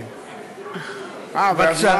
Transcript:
למה?